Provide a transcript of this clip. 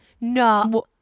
No